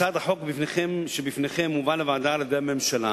הצעת החוק שבפניכם הובאה לוועדה על-ידי הממשלה